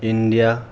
India